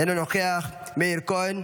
אינו נוכח, מאיר כהן,